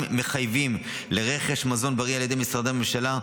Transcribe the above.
מחייבים לרכש מזון בריא על ידי משרדי ממשלה,